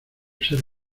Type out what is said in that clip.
ser